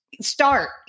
Start